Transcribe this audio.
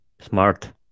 Smart